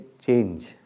change